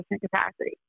capacity